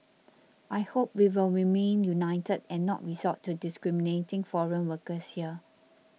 I hope we will remain united and not resort to discriminating foreign workers here